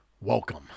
Welcome